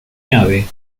nave